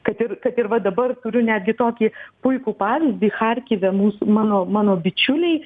kad ir kad ir va dabar turiu netgi tokį puikų pavyzdį charkive mano mano bičiuliai